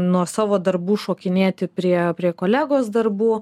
nuo savo darbų šokinėti prie prie kolegos darbų